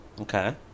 Okay